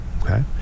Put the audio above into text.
okay